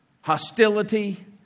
hostility